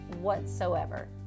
whatsoever